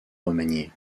remanié